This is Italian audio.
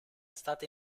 stata